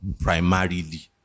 Primarily